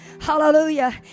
hallelujah